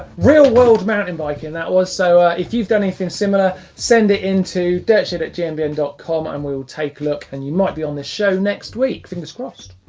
real world mountain biking that was so if you've done anything similar send it into dirtshed at at gmbn dot com and we'll take a look and you might be on this show next week. fingers crossed.